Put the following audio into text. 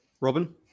Robin